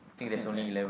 okay let